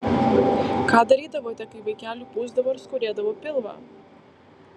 ką darydavote kai vaikeliui pūsdavo ar skaudėdavo pilvą